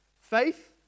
faith